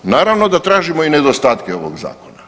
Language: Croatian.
Naravno da tražimo i nedostatke ovog Zakona.